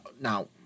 now